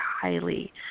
highly